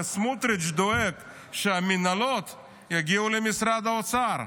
וסמוטריץ' דואג שהמינהלות יגיעו למשרד האוצר.